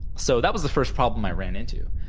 so that was the first problem i ran into,